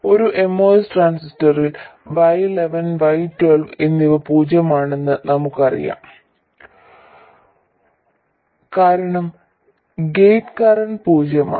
ഒരു MOS ട്രാൻസിസ്റ്ററിൽ Y11 Y12 എന്നിവ പൂജ്യമാണെന്ന് നമുക്കറിയാം കാരണം ഗേറ്റ് കറന്റ് പൂജ്യമാണ്